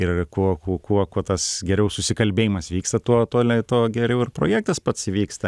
ir kuo kuo kuo kuo tas geriau susikalbėjimas vyksta tuo tuo tuo geriau ir projektas pats įvyksta